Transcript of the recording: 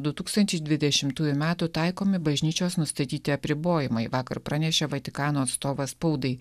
du tūkstančiai dvidešimtųjų metų taikomi bažnyčios nustatyti apribojimai vakar pranešė vatikano atstovas spaudai